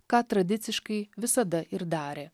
ką tradiciškai visada ir darė